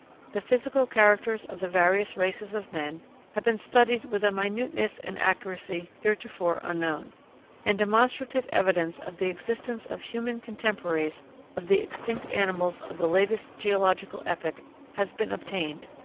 the physical characters of the various races of men have been studied with a minuteness and accuracy heretofore unknown and demonstrative evidence of the existence of human contemporaries of the extinct animals of the latest geological epoch has been obtained,